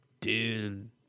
dude